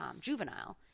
juvenile